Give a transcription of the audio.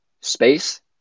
space